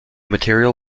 material